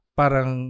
parang